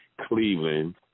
Cleveland